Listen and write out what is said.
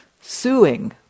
suing